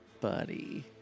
Buddy